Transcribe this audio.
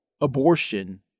abortion